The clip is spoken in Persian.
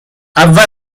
اول